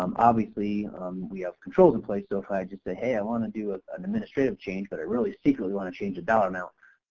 um obviously we have controls in place, so if i just say hey i want to do an administrative change but i really secretly want to change a dollar amount,